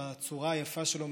בצורה היפה שלו,